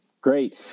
Great